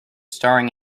staring